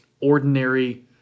ordinary